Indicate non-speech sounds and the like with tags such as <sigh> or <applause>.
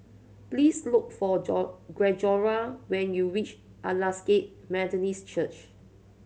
please look for <unintelligible> Gregorio when you reach Aldersgate Methodist Church